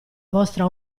vostra